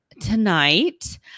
tonight